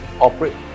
operate